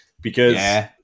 because-